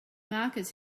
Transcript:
markers